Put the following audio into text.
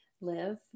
live